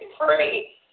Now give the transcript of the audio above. free